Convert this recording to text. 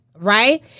Right